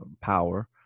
power